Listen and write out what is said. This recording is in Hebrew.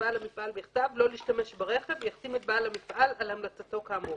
לבעל המפעל בכתב לא להשתמש ברכב ויחתים את בעל המפעל על המלצתו כאמור.